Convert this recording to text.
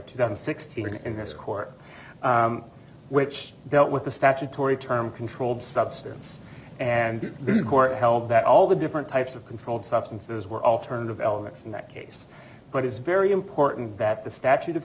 to sixteen in this court which dealt with a statutory term controlled substance and this court held that all the different types of controlled substances were alternative elements in that case but it is very important that the statute of